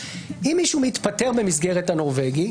אם מישהו מתפטר במסגרת הנורבגי,